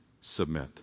submit